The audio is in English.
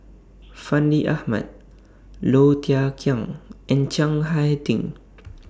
Fandi Ahmad Low Thia Khiang and Chiang Hai Ding